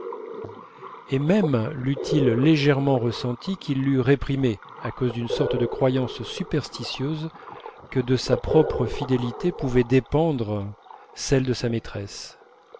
et même l'eût-il légèrement ressentie qu'il l'eût réprimée à cause d'une sorte de croyance superstitieuse que de sa propre fidélité pouvait dépendre celle de sa maîtresse